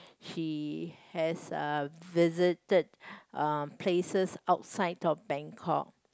he has a visited uh places outside of Bangkok